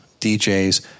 DJs